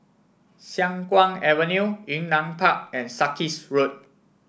Siang Kuang Avenue Yunnan Park and Sarkies Road